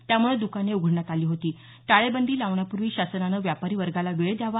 त्यामुळे दुकाने उघडण्यात आली होती टाळेबंदी लावण्यापूर्वी शासनानं व्यापारी वर्गाला वेळ द्यावा